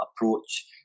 approach